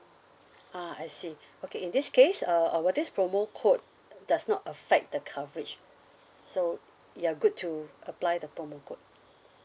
ah I see okay in this case uh our this promo code uh does not affect the coverage so you are good to apply the promo code